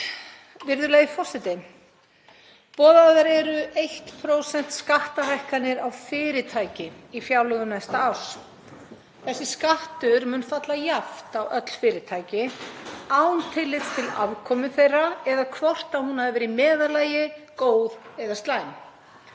Virðulegur forseti. Boðuð er 1% skattahækkun á fyrirtæki í fjárlögum næsta árs. Þessi skattur mun falla jafnt á öll fyrirtæki, án tillits til afkomu þeirra eða hvort hún hafi verið í meðallagi, góð eða slæm.